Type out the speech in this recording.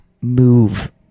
move